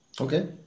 Okay